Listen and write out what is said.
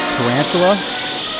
Tarantula